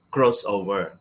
Crossover